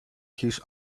his